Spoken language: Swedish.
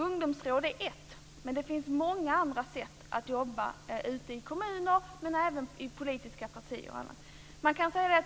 Ungdomsråd är ett, men det finns många andra sätt att jobba ute i kommuner, men även i politiska partier. Utvärderingen